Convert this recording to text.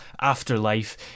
afterlife